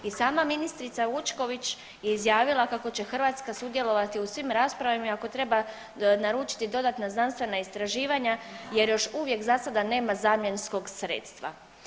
I sama ministrica Vučković je izjavila kako će Hrvatska sudjelovati u svim raspravama i ako treba naručiti dodatna znanstvena istraživanja jer još uvijek zasada nema zamjenskog sredstva.